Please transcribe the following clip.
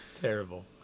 Terrible